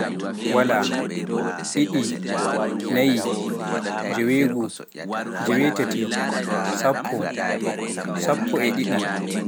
waala, ɗiɗi, naayi, jeewegoo, jeewe taati, sappo, sappo e ɗiɗi.